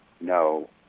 No